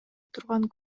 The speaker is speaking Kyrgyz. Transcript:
турган